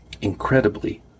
incredibly